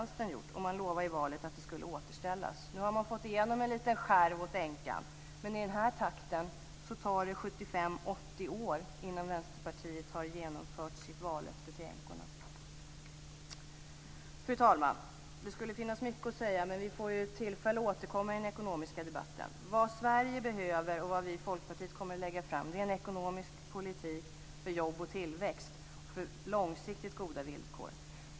Man lovade i valet att det skulle återställas. Men i den här takten tar det 75-80 år innan Vänsterpartiet har genomfört sitt vallöfte till änkorna. Fru talman! Det skulle kunna finnas mycket att säga, men vi får ju tillfälle att återkomma i den ekonomiska debatten. Vad Sverige behöver, och vad vi i Folkpartiet kommer att lägga fram, är en ekonomisk politik för jobb och tillväxt och för långsiktigt goda villkor.